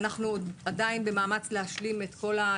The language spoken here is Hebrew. אנחנו עדיין במאמץ להשלים את זה,